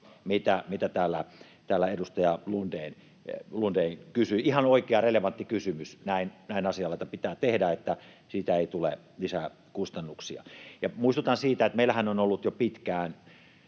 mitä täällä edustaja Lundén kysyi. Ihan oikea, relevantti kysymys. Näin asianlaita pitää tehdä, että siitä ei tule lisää kustannuksia. Ja muistutan, että meillähän on ollut jo pitkään